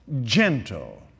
gentle